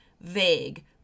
vague